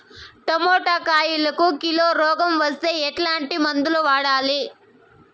Tomato కాయలకు కిలో రోగం వస్తే ఎట్లాంటి మందులు వాడాలి?